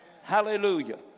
Hallelujah